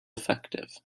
effective